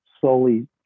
slowly